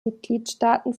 mitgliedstaaten